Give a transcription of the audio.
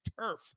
Turf